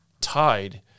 tied